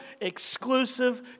exclusive